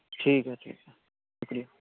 ٹھیک ہے ٹھیک ہے شُکریہ